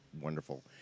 wonderful